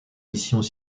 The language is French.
missions